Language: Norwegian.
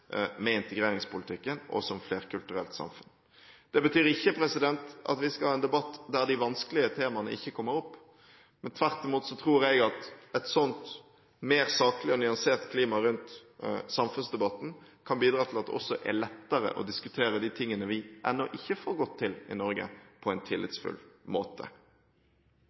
med integreringspolitikken og som flerkulturelt samfunn. Det betyr ikke at vi skal ha en debatt der de vanskelige temaene ikke kommer opp. Tvert imot tror jeg at et mer saklig og nyansert klima rundt samfunnsdebatten kan bidra til at det også er lettere å diskutere de tingene vi ennå ikke får godt til i Norge, på en tillitsfull måte.